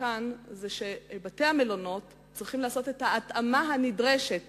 כאן היא שהמלונות צריכים לעשות את ההתאמה הנדרשת